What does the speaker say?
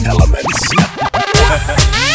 Elements